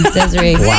Desiree